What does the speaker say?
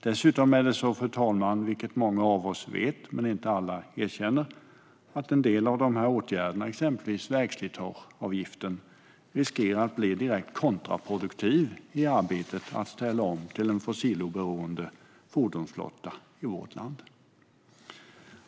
Dessutom är det så, vilket många av oss vet men inte alla erkänner, att en del av dessa åtgärder, exempelvis vägslitageavgiften, riskerar att bli direkt kontraproduktiv i arbetet med att ställa om till en fossiloberoende fordonsflotta i vårt land.